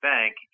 Bank